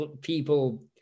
people